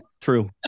True